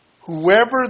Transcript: Whoever